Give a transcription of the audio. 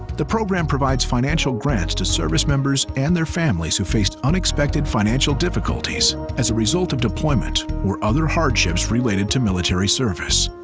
the program provides financial grants to service members and their families who faced unexpected financial difficulties as a result of deployment or other hardships related to military service.